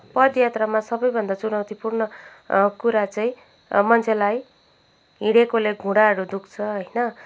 पदयात्रामा सबैभन्दा चुनौतीपूर्ण कुरा चाहिँ मान्छेलाई हिँडेकोले घुँडाहरू दुख्छ होइन